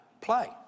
play